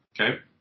Okay